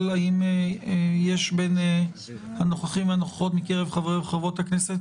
האם יש בין הנוכחים והנוכחות מקרב חברי וחברות הכנסת